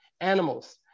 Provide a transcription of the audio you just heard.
animals